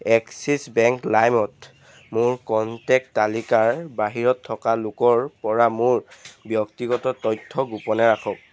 axis bank লাইমত মোৰ contact তালিকাৰ বাহিৰত থকা লোকৰপৰা মোৰ ব্যক্তিগত তথ্য গোপনে ৰাখক